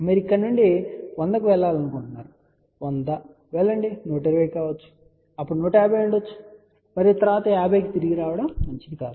మీరు ఇక్కడ నుండి 100 కి వెళ్లాలనుకుంటున్నారు 100 వెళ్ళండి 120 కావచ్చుఅప్పుడు 150 ఉండవచ్చు మరియు తరువాత 50 కి తిరిగి రావడం మంచిది కాదు